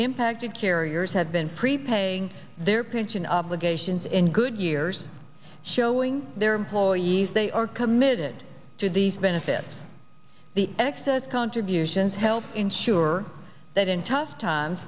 impacted carriers have been free paying their pension obligations in good years showing their employees they are committed to these benefits the excess contributions help insure that in tough times